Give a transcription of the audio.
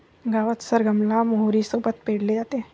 गावात सरगम ला मोहरी सोबत पेरले जाते